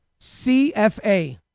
CFA